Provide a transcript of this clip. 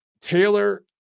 Taylor